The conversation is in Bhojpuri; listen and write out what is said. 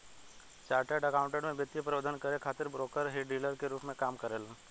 चार्टर्ड अकाउंटेंट में वित्तीय प्रबंधन करे खातिर ब्रोकर ही डीलर के रूप में काम करेलन